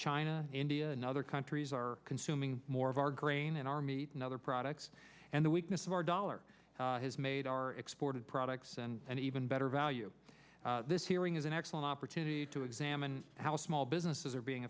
china india and other countries are consuming more of our grain and our meat and other products and the weakness of our dollar has made our exported products and even better value this hearing is an excellent opportunity to examine how small businesses are being